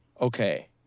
Okay